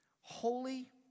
holy